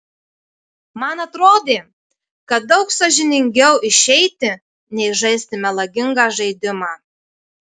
man atrodė kad daug sąžiningiau išeiti nei žaisti melagingą žaidimą